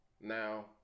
Now